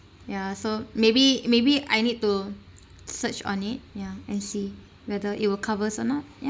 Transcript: ya so maybe maybe I need to search on it yeah I see whether it will covers or not ya